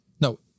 No